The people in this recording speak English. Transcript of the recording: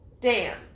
Dan